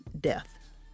death